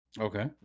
okay